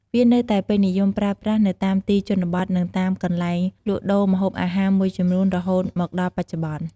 វានៅតែពេញនិយមប្រើប្រាស់នៅតាមទីជនបទ និងតាមកន្លែងលក់ដូរម្ហូបអាហារមួយចំនួនរហូតមកដល់បច្ចុប្បន្ន។